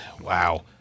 wow